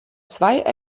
zwei